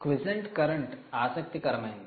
'quiescent current' 'Quiescent current' ఆసక్తికరమైంది